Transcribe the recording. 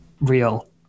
real